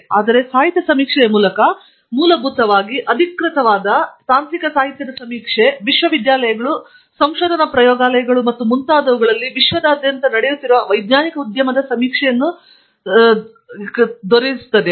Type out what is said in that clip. ಆದರೆ ಸಾಹಿತ್ಯ ಸಮೀಕ್ಷೆಯ ಮೂಲಕ ಮೂಲಭೂತವಾಗಿ ಅಧಿಕೃತವಾದ ತಾಂತ್ರಿಕ ಸಾಹಿತ್ಯದ ಸಮೀಕ್ಷೆ ವಿಶ್ವವಿದ್ಯಾನಿಲಯಗಳು ಸಂಶೋಧನಾ ಪ್ರಯೋಗಾಲಯಗಳು ಮತ್ತು ಮುಂತಾದವುಗಳಲ್ಲಿ ವಿಶ್ವದಾದ್ಯಂತ ನಡೆಯುತ್ತಿರುವ ವೈಜ್ಞಾನಿಕ ಉದ್ಯಮದ ಸಮೀಕ್ಷೆಯಾಗಿದೆ